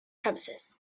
promises